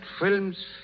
films